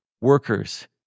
workers